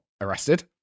arrested